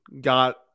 got